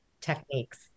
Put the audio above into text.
techniques